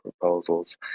proposals